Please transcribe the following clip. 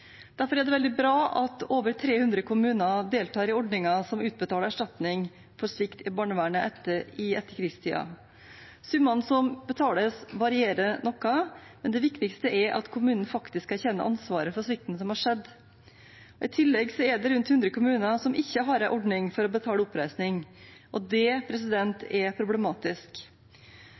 Derfor er det veldig bra at over 300 kommuner deltar i ordningen som utbetaler erstatning for svikt i barnevernet i etterkrigstiden. Summene som utbetales, varierer noe, men det viktigste er at kommunen faktisk erkjenner ansvaret for svikten som har skjedd. I tillegg er det rundt 100 kommuner som ikke har en ordning for å betale oppreisning, og det er problematisk.